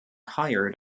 hired